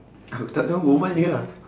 aku tak tahu kau tanya ah